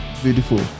beautiful